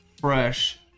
fresh